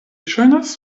ŝajnas